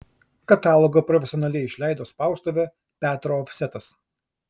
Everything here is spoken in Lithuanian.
katalogą profesionaliai išleido spaustuvė petro ofsetas